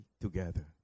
together